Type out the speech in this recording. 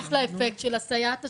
בהמשך לאפקט של הסייעת השנייה,